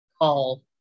call